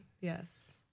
Yes